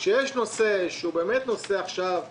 כשיש נושא שהוא באמת קריטי,